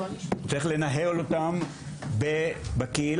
צריך לנהל אותם בקהילה.